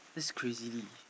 that's crazily